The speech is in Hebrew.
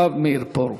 הרב מאיר פרוש.